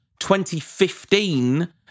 2015